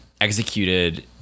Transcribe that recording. executed